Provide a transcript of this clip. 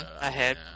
Ahead